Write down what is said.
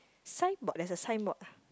signboard there' a signboard ah